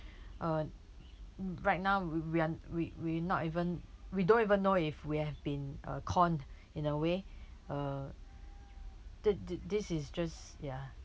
uh right now we we are we we not even we don't even know if we have been uh conned in a way uh th~ th~ this is just ya